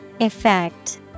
Effect